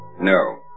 No